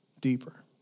deeper